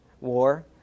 war